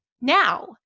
now